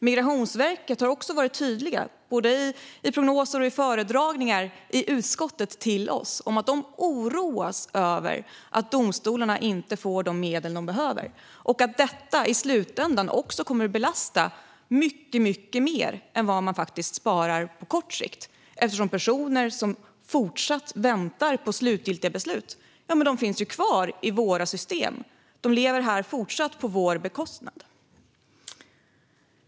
Migrationsverket har också varit tydligt, både i prognoser och i föredragningar för oss i utskottet, om att man oroas av att domstolarna inte får de medel de behöver och att detta i slutändan kommer att belasta mycket mer än man sparar på kort sikt eftersom personer som fortfarande väntar på slutgiltiga beslut finns kvar i vårt system och fortsätter leva här på vår bekostnad.